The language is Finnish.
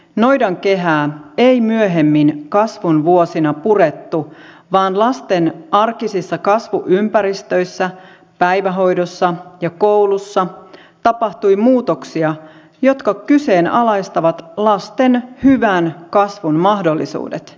noidankehää ei myöhemmin kasvun vuosina purettu vaan lasten arkisissa kasvuympäristöissä päivähoidossa ja koulussa tapahtui muutoksia jotka kyseenalaistavat lasten hyvän kasvun mahdollisuudet